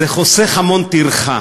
זה חוסך המון טרחה.